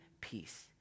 peace